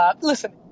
Listen